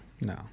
No